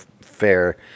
Fair